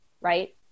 right